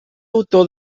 autor